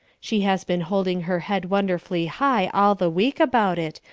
she has been holding her head wonderfully high all the week about it,